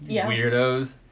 Weirdos